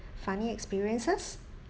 funny experiences